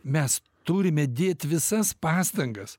mes turime dėt visas pastangas